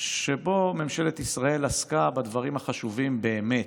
שבו ממשלת ישראל עסקה בדברים החשובים באמת,